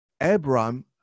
Abraham